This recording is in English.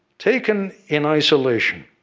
taken in isolation,